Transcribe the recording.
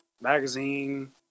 magazine